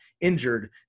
injured